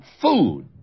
food